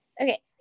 Okay